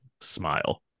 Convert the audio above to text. Smile